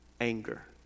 anger